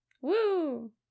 Woo